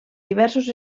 diversos